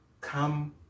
come